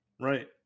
Right